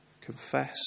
confess